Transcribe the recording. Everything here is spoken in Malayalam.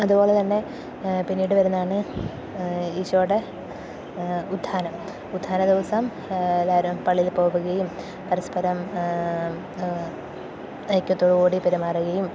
അതുപോലെ തന്നെ പിന്നീടു വരുന്നതാണ് ഈശോയുടെ ഉത്ഥാനം ഉത്ഥാന ദിവസം എല്ലാവരും പള്ളിയിൽ പോവുകയും പരസ്പരം ഐക്യത്തോടുകൂടി പെരുമാറുകയും